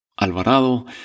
Alvarado